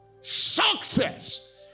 Success